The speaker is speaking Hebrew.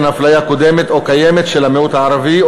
הפליה קודמת או קיימת של המיעוט הערבי,